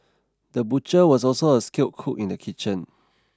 the butcher was also a skilled cook in the kitchen